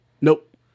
Nope